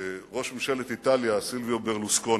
ראש ממשלת איטליה סילביו ברלוסקוני.